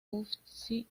uffizi